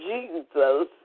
Jesus